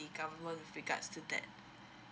the government with regards to that